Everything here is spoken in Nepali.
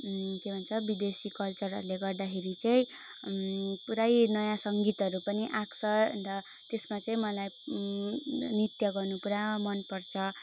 के भन्छ विदेशी कल्चरहरूले गर्दाखेरि चाहिँ पुरै नयाँ सङ्गीतहरू पनि आएको छ अन्त त्यसमा चाहिँ मलाई नृत्य गर्नु पुरा मन पर्छ